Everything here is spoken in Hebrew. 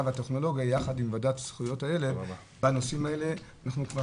והטכנולוגיה יחד עם הוועדה לזכויות הילד בנושאים האלה ואנחנו כבר